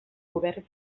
govern